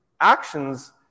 actions